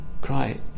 cry